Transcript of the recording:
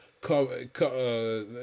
cover